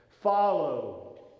follow